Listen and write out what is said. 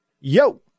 Yo